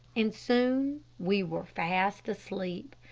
and soon we were fast asleep.